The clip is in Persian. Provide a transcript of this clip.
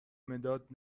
مداد